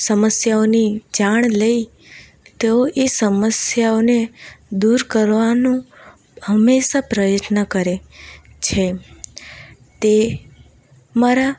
સમસ્યાઓની જાણ લઈ તેઓ એ સમસ્યાઓને દૂર કરવાનું હંમેશાં પ્રયત્ન કરે છે તે મારા